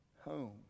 home